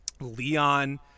leon